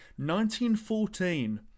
1914